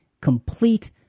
complete